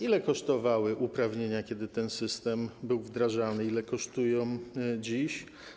Ile kosztowały uprawnienia, kiedy ten system był wdrażany, a ile kosztują dziś?